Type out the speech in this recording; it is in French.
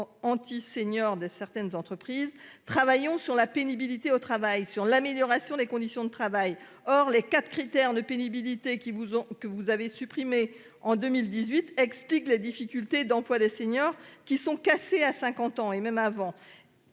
anti-. Senior de certaines entreprises travaillant sur la pénibilité au travail sur l'amélioration des conditions de travail. Or les quatre critères de pénibilité qui vous ont que vous avez supprimé en 2018, explique la difficulté d'emploi des seniors qui sont cassés. À 50 ans et même avant.